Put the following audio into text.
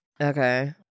Okay